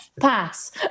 Pass